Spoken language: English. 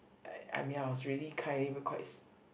I I mean I was really quite s~